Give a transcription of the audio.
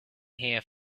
here